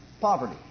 poverty